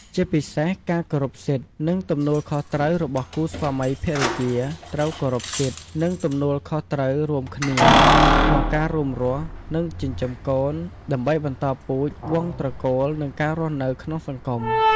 ជាពិសេសការគោរពសិទ្ធិ និងទំនួលខុសត្រូវរបស់គូស្វាមីភរិយាត្រូវគោរពសិទ្ធិ និងទំនួលខុសត្រូវរួមគ្នា ក្នុងការរួមរស់ និងចិញ្ចឹមកូន ដើម្បីបន្តពូជ វង្សត្រកូល និងការរស់នៅក្នុងសង្គម។